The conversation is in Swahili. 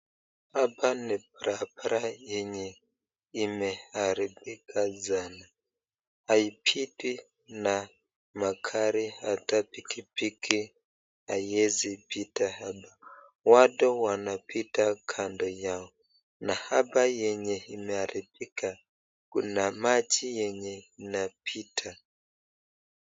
Hapa ni barabara yenye imeharibika sanaa. Haipitwi na magari hata pikipiki haiwezi pita hapa. Watu wanapita kando yao na hapa yenye imeharibika, kuna maji yenye inapita.